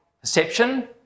perception